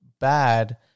bad